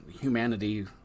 humanity